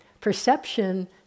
perception